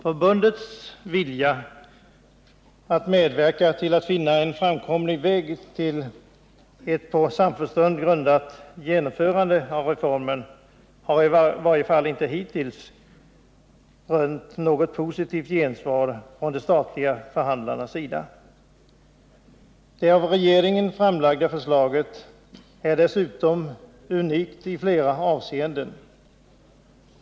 Förbundets vilja att medverka till att finna en framkomlig väg till ett på samförstånd grundat genomförande av reformen har i varje fall inte hittills rönt något positivt gensvar från de statliga förhandlarnas sida. Det av regeringen framlagda förslaget är dessutom unikt i flera avseenden.